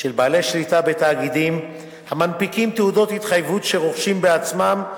של בעלי שליטה בתאגידים המנפיקים תעודות התחייבות שהם רוכשים בעצמם,